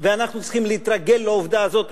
ואנחנו צריכים להתרגל לעובדה הזאת,